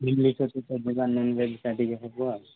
chilli କୋବି କରିଦବା ନନଭେଜ୍ଟା ଟିକେ ହେବ ଆଉ